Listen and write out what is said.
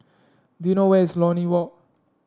do you know where is Lornie Walk